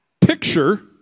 picture